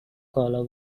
collar